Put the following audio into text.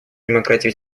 демократии